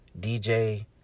DJ